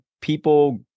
people